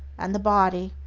and the body,